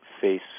face